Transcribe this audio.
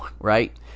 right